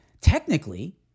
technically